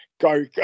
go